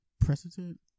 Precedent